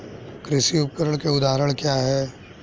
कृषि उपकरण के उदाहरण क्या हैं?